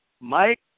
Mike